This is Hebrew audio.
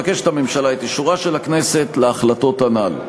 מבקשת הממשלה את אישורה של הכנסת להחלטות הנ"ל.